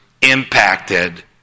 impacted